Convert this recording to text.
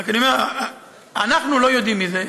רק אני אומר, אנחנו לא יודעים מזה.